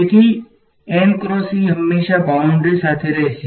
તેથી હંમેશા બાઉંડ્રીની સાથે રહેશે